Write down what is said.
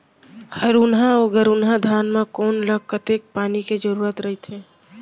हरहुना अऊ गरहुना धान म कोन ला कतेक पानी के जरूरत रहिथे?